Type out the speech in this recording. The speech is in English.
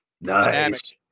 Nice